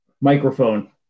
microphone